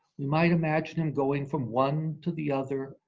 you might imagine him going from one to the other,